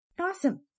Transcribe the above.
Awesome